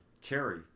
Carrie